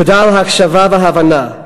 תודה על ההקשבה וההבנה.